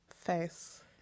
Face